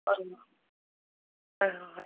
ꯎꯝ ꯍꯣꯏ ꯍꯣꯏ ꯍꯣꯏ